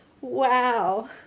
Wow